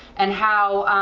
and how